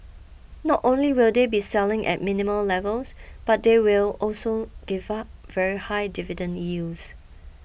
not only will they be selling at minimal levels but they will also give up very high dividend yields